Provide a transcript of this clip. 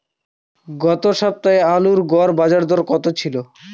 গত সপ্তাহে আলুর গড় বাজারদর কত ছিল?